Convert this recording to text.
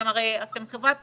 אתם חברת פרסום,